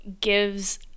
gives